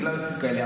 בגלל כאלה,